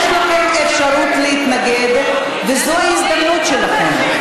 יש לכם אפשרות להתנגד וזו ההזדמנות שלכם.